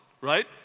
right